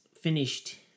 finished